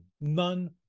None